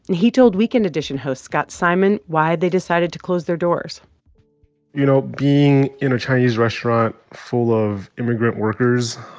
he told weekend edition host scott simon why they decided to close their doors you know, being in a chinese restaurant full of immigrant workers,